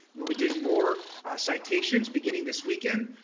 will be doing more citations beginning this weekend.